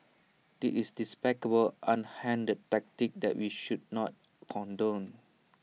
this is despicable underhand tactic that we should not condone